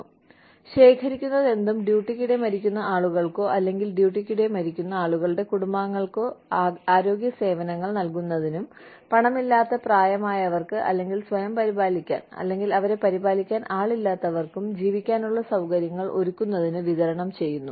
കൂടാതെ ശേഖരിക്കുന്നതെന്തും ഡ്യൂട്ടിക്കിടെ മരിക്കുന്ന ആളുകൾക്കോ അല്ലെങ്കിൽ ഡ്യൂട്ടിക്കിടെ മരിക്കുന്ന ആളുകളുടെ കുടുംബങ്ങൾക്കോ ആരോഗ്യ സേവനങ്ങൾ നൽകുന്നതിനും പണമില്ലാത്ത പ്രായമായവർക്ക് അല്ലെങ്കിൽ സ്വയം പരിപാലിക്കാൻ അല്ലെങ്കിൽ അവരെ പരിപാലിക്കാൻ ആളില്ലാത്തവർക്ക് ജീവിക്കാനുള്ള സൌകര്യങ്ങൾ ഒരുക്കുന്നതിനും വിതരണം ചെയ്യുന്നു